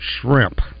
shrimp